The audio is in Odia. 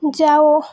ଯାଅ